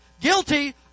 guilty